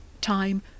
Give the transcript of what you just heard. time